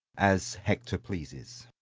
as hector pleases.